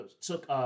took